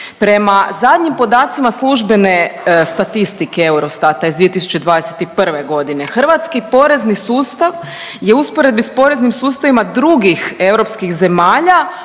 prema zadnjim podacima službene statistike Eurostata iz 2021. g., hrvatski porezni sustav je u usporedbi s poreznim sustavima drugih EU zemalja